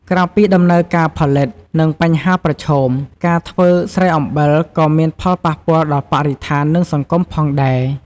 ក្រៅពីដំណើរការផលិត និងបញ្ហាប្រឈម ការធ្វើស្រែអំបិលក៏មានផលប៉ះពាល់ដល់បរិស្ថាន និងសង្គមផងដែរ។